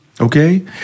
Okay